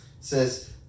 says